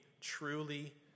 truly